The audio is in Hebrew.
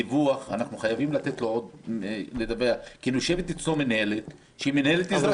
אנחנו חייבים לתת לו לדווח כי יושבת אצלו מינהלת שהיא מינהלת אזרחית.